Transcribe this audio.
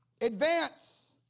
advance